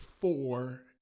four